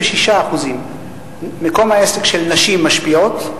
86%; מקום העסק של נשים משפיעות,